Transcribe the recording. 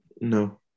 No